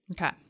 okay